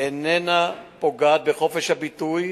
איננה פוגעת בחופש הביטוי,